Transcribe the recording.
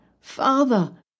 Father